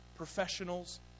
professionals